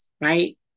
right